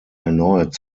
erneut